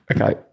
Okay